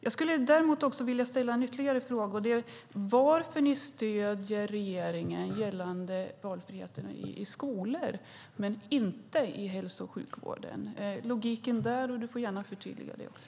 Jag skulle vilja ställa ytterligare en fråga: Varför stöder ni regeringen gällande valfriheten i skolor men inte i hälso och sjukvården? Jag undrar över logiken där. Du får gärna förtydliga dig också.